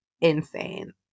insane